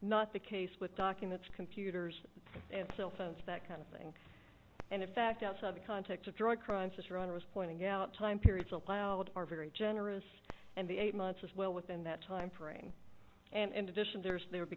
not the case with documents computers and cell phones that kind of thing and in fact outside the context of drug crimes this runner was pointing out time periods allowed are very generous and the eight months is well within that time frame and addition there'